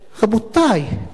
רבותי,